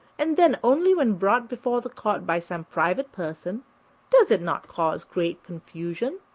and then only when brought before the court by some private person does it not cause great confusion?